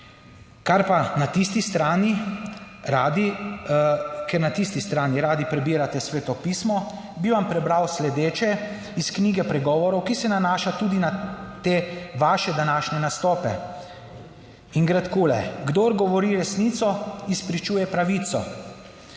Ker pa na tisti strani radi, ker na tisti strani radi prebirate Sveto pismo, bi vam prebral sledeče iz knjige pregovorov, ki se nanaša tudi na te vaše današnje nastope. In gre takole: Kdor govori resnico, izpričuje pravico,